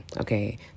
okay